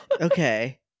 Okay